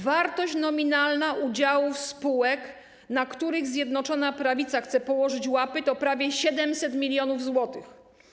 Wartość nominalna udziałów spółek, na których Zjednoczona Prawica chce położyć łapy, to prawie 700 mln zł.